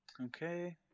Okay